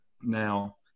Now